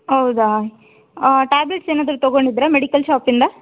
ಹೌದಾ ಟ್ಯಾಬ್ಲೇಟ್ಸ್ ಏನಾದರೂ ತಗೊಂಡಿದ್ರಾ ಮೆಡಿಕಲ್ ಶಾಪಿಂದ